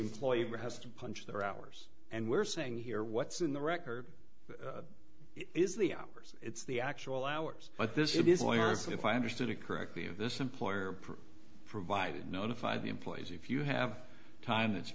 employer has to punch their hours and we're saying here what's in the record is the hours it's the actual hours but this is lawyers and if i understood it correctly of this employer provided notify the employees if you have time that's